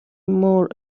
more